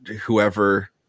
whoever